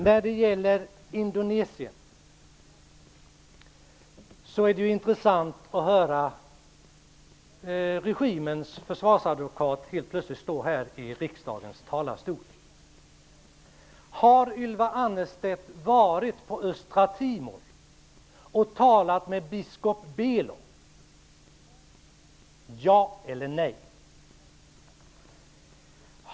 När det gäller Indonesien är det intressant att höra regimens försvarsadvokat helt plötsligt stå här i riksdagens talarstol. Har Ylva Annerstedt varit på Östra Timor och talat med biskop Belo -- ja eller nej?